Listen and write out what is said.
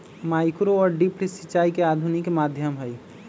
micro और drip सिंचाई के आधुनिक माध्यम हई